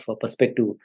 perspective